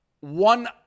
one